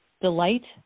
delight